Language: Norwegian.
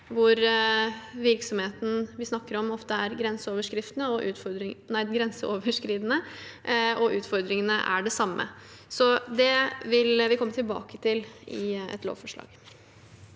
vi snakker om, ofte er grenseoverskridende og utfordringene er det samme. Vi vil komme tilbake til det i et lovforslag.